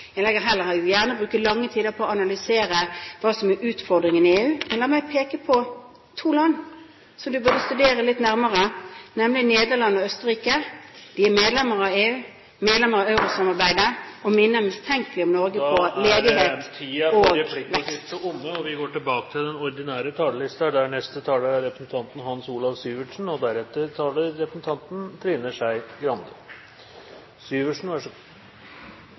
Jeg legger ikke skjul på at jeg er tilhenger av et EU-medlemskap. Jeg vil gjerne bruke lang tid på å analysere hva som er utfordringene i EU. Men la meg peke på to land som du bør studere litt nærmere, nemlig Nederland og Østerrike. De er medlemmer av EU, medlemmer av eurosamarbeidet og minner mistenkelig om Norge når det gjelder ledighet og vekst. Replikkordskiftet er omme. Statsministeren åpnet naturlig nok med noen refleksjoner rundt 22. juli. Det er i dagene og